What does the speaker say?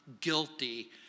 guilty